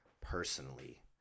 personally